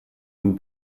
nous